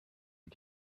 wie